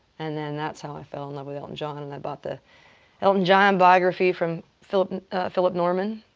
and then that's how i fell in love with elton john. and i bought the elton john biography from philip ah philip norman.